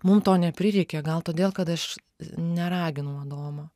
mum to neprireikė gal todėl kad aš neraginau adomo